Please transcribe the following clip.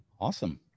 awesome